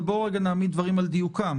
אבל בואו נעמיד דברים על דיוקם,